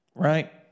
right